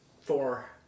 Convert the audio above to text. four